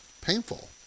painful